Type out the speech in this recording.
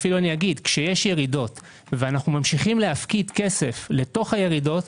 וכשיש ירידות ואנו ממשיכים להפקיד כסף לתוך הירידות,